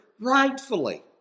rightfully